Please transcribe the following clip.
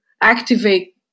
activate